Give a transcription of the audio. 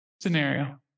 Scenario